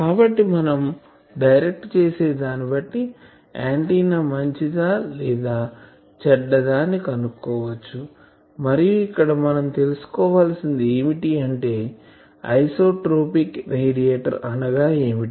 కాబట్టి మనం డైరెక్ట్ చేసే దాన్ని బట్టి ఆంటిన్నా మంచిదా లేక చెడ్డదా అని కనుక్కోవచ్చు మరియు ఇక్కడ మనం తెలుసుకోవాల్సింది ఏమిటి అంటే ఐసోట్రోపిక్ రేడియేటర్ అనగా ఏమిటి